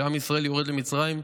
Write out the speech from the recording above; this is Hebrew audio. שעם ישראל יורד למצרים,